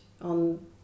on